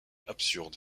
absurde